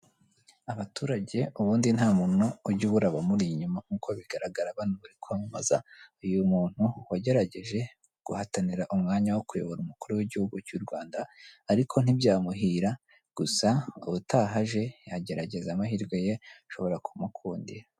Abaturage ubundi nta muntu ujya ubura abamuri inyuma, nkuko bigaragara bano bari kwamamaza uyu muntu wagerageje guhatanira umwanya wo kuyobora umukuru w'igihugu cy'u Rwanda, ariko ntibyamuhira, gusa ubutaha aje yagerageza amahirwe ye, ashobora kumukundira.